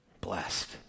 blessed